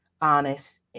honest